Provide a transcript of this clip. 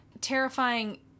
terrifying